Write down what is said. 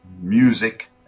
music